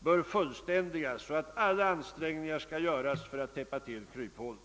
bör fullständigas och att alla ansträngningar skall göras för att täppa till kryphålen.